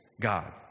God